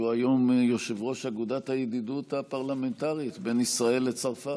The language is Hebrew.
שהוא היום יושב-ראש אגודת הידידות הפרלמנטרית בין ישראל לצרפת.